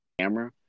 camera